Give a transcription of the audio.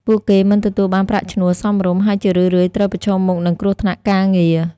ពួកគេមិនទទួលបានប្រាក់ឈ្នួលសមរម្យ ហើយជារឿយៗត្រូវប្រឈមមុខនឹងគ្រោះថ្នាក់ការងារ។